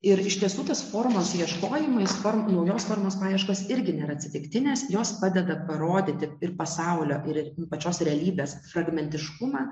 ir iš tiesų tos formos ieškojimai naujos formos paieškos irgi nėra atsitiktinės jos padeda parodyti ir pasaulio ir pačios realybės fragmentiškumą